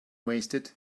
wasted